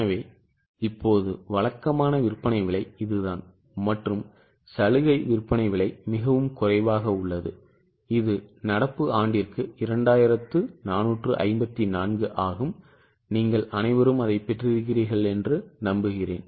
எனவே இப்போது வழக்கமான விற்பனை விலை இதுதான் மற்றும் சலுகை விற்பனை விலை மிகவும் குறைவாக உள்ளது இது நடப்பு ஆண்டிற்கு 2454 ஆகும் நீங்கள் அனைவரும் அதைப் பெற்றிருக்கிறீர்களா